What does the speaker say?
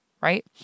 right